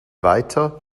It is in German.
weiter